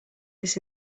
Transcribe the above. this